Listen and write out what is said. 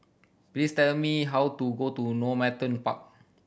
please tell me how to go to Normanton Park